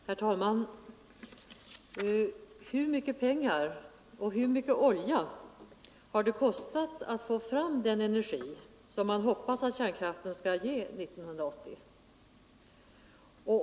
Herr talman! Hur mycket pengar och hur mycket olja har det kostat att få fram den energi som man hoppas att kärnkraften skall ge oss år 1980?